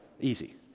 Easy